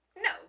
No